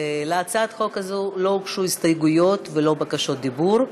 להצעת החוק הזאת לא הוגשו הסתייגויות ולא בקשות דיבור,